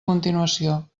continuació